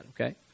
okay